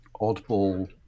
oddball